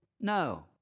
No